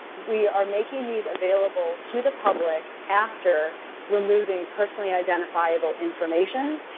we are making these available to the public after removing personally identifiable information.